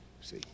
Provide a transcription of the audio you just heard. See